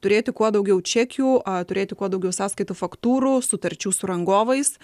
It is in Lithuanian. turėti kuo daugiau čekių turėti kuo daugiau sąskaitų faktūrų sutarčių su rangovais